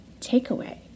takeaway